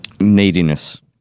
Neediness